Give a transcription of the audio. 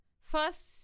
first